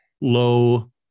low